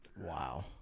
Wow